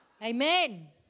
Amen